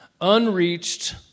unreached